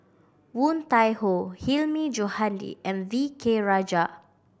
Woon Tai Ho Hilmi Johandi and V K Rajah